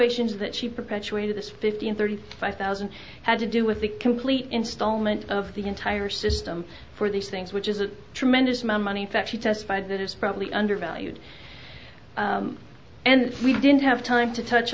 valuations that she perpetuated this fifteen thirty five thousand had to do with the complete installment of the entire system for these things which is a tremendous my money fact she testified that is probably undervalued and we didn't have time to touch